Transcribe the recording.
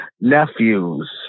nephews